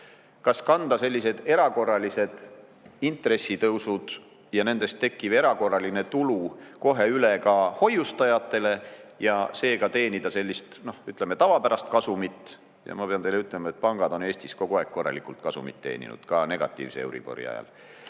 Kas kanda sellised erakorralised intressitõusud ja nendest tekkiv erakorraline tulu kohe üle ka hoiustajatele ja seega teenida sellist tavapärast kasumit. Ja ma pean teile ütlema, et pangad on Eestis kogu aeg korralikult kasumit teeninud, ka negatiivse euribori ajal.